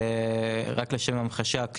רק לשם המחשה,